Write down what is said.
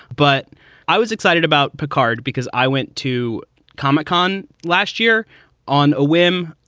but i was excited about picard because i went to comic-con last year on a whim.